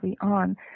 on